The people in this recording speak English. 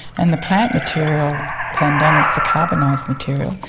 and the plant material, pandanus, the carbonised material.